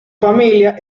familia